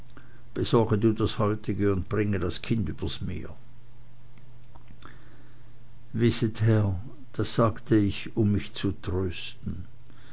besorge du das heutige und bringe das kind über meer wißt herr das sagte ich um mich zu trösten